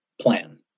plan